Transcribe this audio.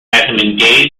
engaged